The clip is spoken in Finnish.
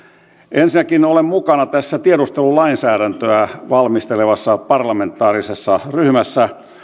ensinnäkin olen mukana tässä tiedustelulainsäädäntöä valmistelevassa parlamentaarisessa ryhmässä